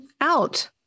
out